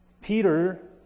Peter